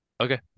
Okay